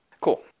Cool